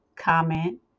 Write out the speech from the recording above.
Comment